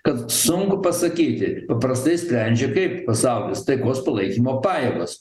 kad sunku pasakyti paprastai sprendžia kaip pasaulis taikos palaikymo pajėgos